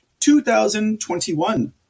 2021